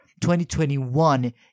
2021